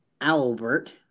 Albert